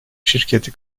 şirketi